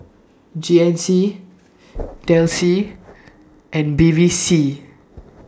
G N C Delsey and Bevy C